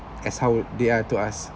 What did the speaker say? as how they are to us